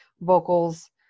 vocals